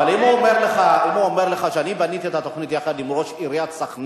אבל אם הוא אומר לך: אני בניתי את התוכנית יחד עם ראש עיריית סח'נין,